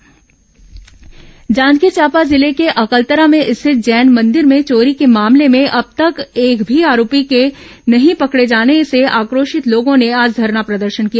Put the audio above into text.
धरना प्रदर्शन जांजगीर चांपा जिले के अकलतरा में स्थित जैन मंदिर में चोरी के मामले में अब तक एक भी आरोपी के नहीं पकड़े जाने से आक्रोशित लोगों ने आज धरना प्रदर्शन किया